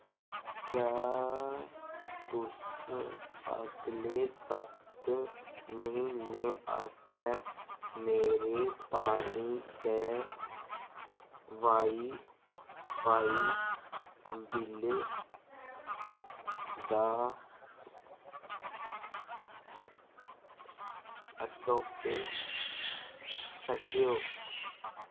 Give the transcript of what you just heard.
क्या तुस अगले सत्त म्हीने आस्तै मेरे पानी ते वाई फाई बिल्लें दा आटो पेऽ सकदे ओ